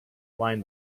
line